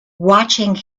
watching